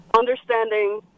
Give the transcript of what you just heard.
Understanding